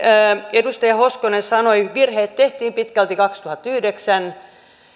edustaja hoskonen sanoi virheet tehtiin pitkälti kaksituhattayhdeksän